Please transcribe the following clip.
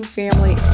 family